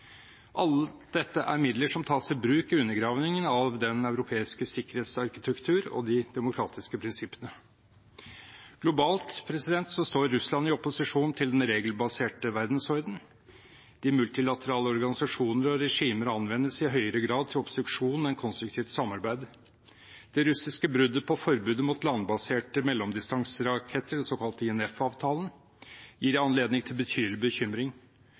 dette er midler som tas i bruk i undergravingen av den europeiske sikkerhetsarkitektur og de demokratiske prinsippene. Globalt står Russland i opposisjon til den regelbaserte verdensordenen. De multilaterale organisasjoner og regimer anvendes i høyere grad til obstruksjon enn til konstruktivt samarbeid. Det russiske bruddet på forbudet mot landbaserte mellomdistanseraketter, den såkalte INF-avtalen, gir anledning til bekymring.